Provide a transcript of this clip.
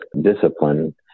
discipline